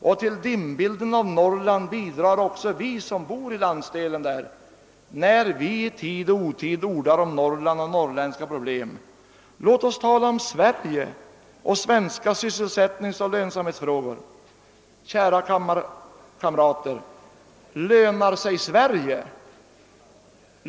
Och till dimbilden av Norrland bidrar även vi som bor i landsdelen när vi i tid och otid ordar om Norrland och norrländska problem. Låt oss tala om Sverige och svenska sysselsättningsoch lönsamhetsfrågor! Kära kammarkamrater, lönar sig Sverige?